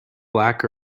black